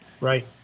right